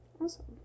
Awesome